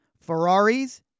Ferraris